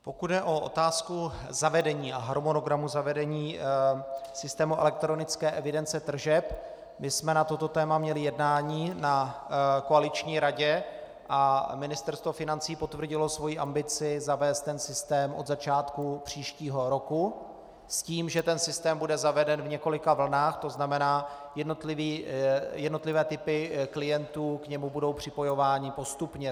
Pokud jde o otázku zavedení a harmonogramu zavedení systému elektronické evidence tržeb, my jsme na toto téma měli jednání na koaliční radě a Ministerstvo financí potvrdilo svoji ambici zavést systém od začátku příštího roku s tím, že systém bude zaveden v několika vlnách, to znamená jednotlivé typy klientů k němu budou připojovány postupně.